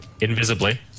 invisibly